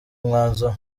umwanzuro